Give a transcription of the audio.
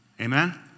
Amen